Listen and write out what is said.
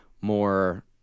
more